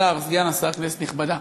השר, סגן השר, כנסת נכבדה,